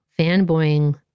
fanboying